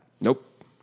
Nope